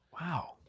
Wow